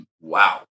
wow